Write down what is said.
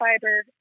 fiber